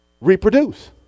reproduce